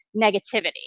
negativity